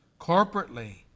Corporately